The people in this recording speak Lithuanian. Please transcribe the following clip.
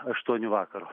aštuonių vakaro